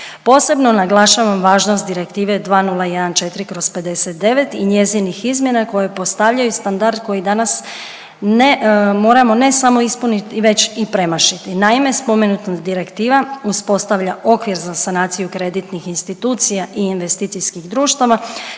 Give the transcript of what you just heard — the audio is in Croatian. Posebno naglašavam važnost direktive 2014/59 i njezinih izmjena koje postavljaju standard koji danas ne, moramo ne samo ispuniti već i premašiti. Naime, spomenuta direktiva uspostavlja okvir za sanaciju kreditnih institucija i investicijskih društava